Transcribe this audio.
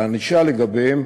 והענישה לגביהם,